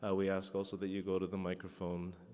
ah we ask also that you go to the microphone.